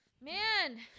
Man